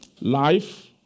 Life